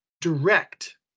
direct